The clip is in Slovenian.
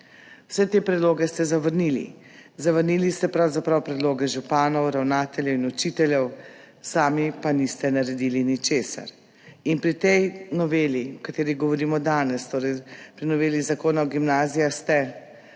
Vse te predloge ste zavrnili. Zavrnili ste pravzaprav predloge županov, ravnateljev in učiteljev, sami pa niste naredili ničesar. Pri tej noveli, o kateri govorimo danes, torej pri noveli Zakona o gimnazijah, ste tokrat